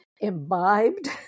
imbibed